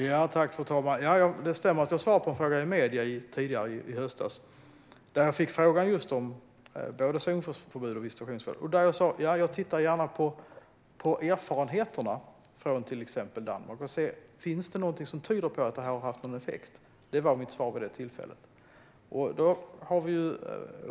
Fru talman! Det stämmer att jag svarade på en fråga i medierna tidigare i höstas. Jag fick frågan om både zonförbud och visitationszoner. Jag sa: Ja, jag tittar gärna på erfarenheterna från till exempel Danmark för att se om det finns någonting som tyder på att detta har haft någon effekt. Det var mitt svar vid det tillfället.